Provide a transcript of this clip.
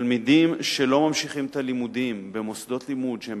תלמידים שלא ממשיכים את הלימודים במוסדות לימוד שהם